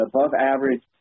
above-average